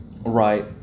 Right